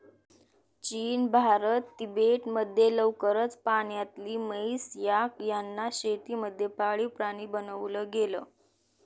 चीन, भारत, तिबेट मध्ये लवकरच पाण्यातली म्हैस, याक यांना शेती मध्ये पाळीव प्राणी बनवला गेल